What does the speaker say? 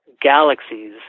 galaxies